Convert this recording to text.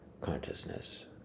consciousness